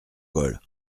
cols